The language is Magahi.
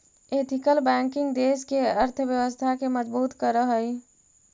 एथिकल बैंकिंग देश के अर्थव्यवस्था के मजबूत करऽ हइ